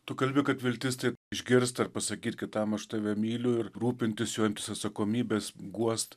tu kalbi kad viltis tai išgirst ar pasakyt kitam aš tave myliu ir rūpintis juo imtis atsakomybės guost